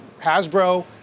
Hasbro